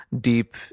deep